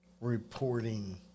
reporting